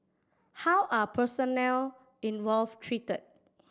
how are personnel involved treated